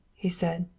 he said.